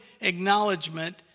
acknowledgement